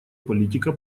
политика